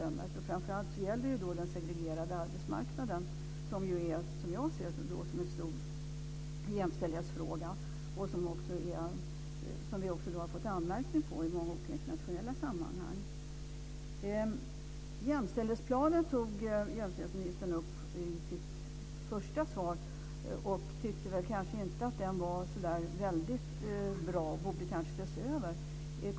Det gäller framför allt den segregerade arbetsmarknaden som jag ser som en stor jämställdhetsfråga och som det också har anmärkts på i många internationella sammanhang. I sitt första inlägg tog jämställdhetsministern upp jämställdhetsplanen. Hon tyckte väl inte att den var så väldigt bra och att den kanske borde ses över.